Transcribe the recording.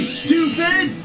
stupid